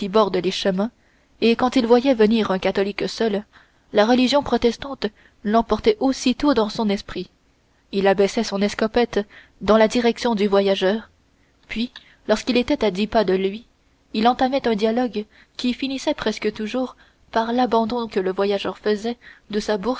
les chemins et quand il voyait venir un catholique seul la religion protestante l'emportait aussitôt dans son esprit il abaissait son escopette dans la direction du voyageur puis lorsqu'il était à dix pas de lui il entamait un dialogue qui finissait presque toujours par l'abandon que le voyageur faisait de sa bourse